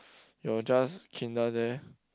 you are just there